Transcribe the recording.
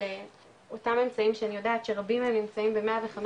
אותם אמצעים שאני יודעת שרבים מהם נמצאים ב-105